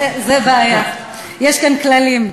זאת בעיה, יש כאן כללים.